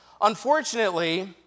Unfortunately